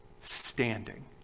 standing